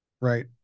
right